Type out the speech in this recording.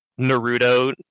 Naruto